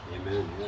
Amen